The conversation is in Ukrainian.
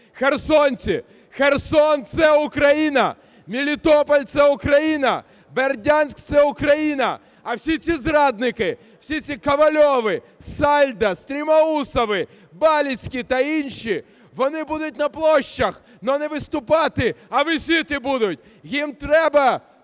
Херсонці, Херсон – це Україна, Мелітополь – це Україна, Бердянськ – це Україна. А всі ці зрадники, всі ці Ковальови, Сальдо, Стремоусови, Балицькі та інші - вони будуть на площах, але не виступати, а висіти будуть. Їм треба